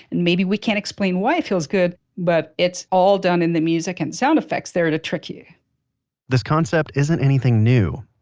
and maybe we can't explain why it feels good, but it's all done in the music and sound effects there to trick you this concept isn't anything new.